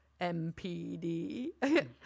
MPD